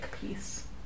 piece